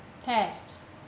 test